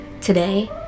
Today